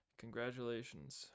Congratulations